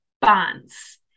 bonds